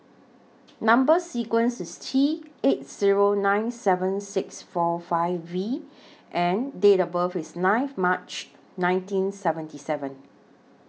Number sequence IS T eight Zero nine seven six four five V and Date of birth IS ninth March nineteen seventy seven